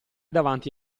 davanti